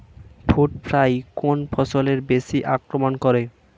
Fruit fly কোন ফসলে বেশি আক্রমন করে?